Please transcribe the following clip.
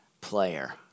player